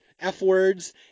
F-words